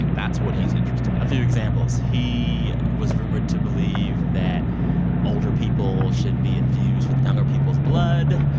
that's what he's interested in a few examples. he was rumored to believe that older people should be infused with younger people's blood.